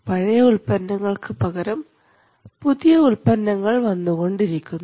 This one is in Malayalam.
പഴയ ഉൽപന്നങ്ങൾക്ക് പകരം പുതിയ ഉൽപ്പന്നങ്ങൾ വന്നുകൊണ്ടിരിക്കുന്നു